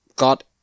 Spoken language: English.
got